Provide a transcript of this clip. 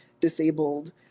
disabled